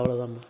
அவ்வளோதாம்மா